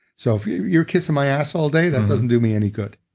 so if you're you're kissing my ass all day, that doesn't do me any good.